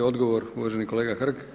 Odgovor uvaženi kolega Hrg.